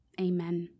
Amen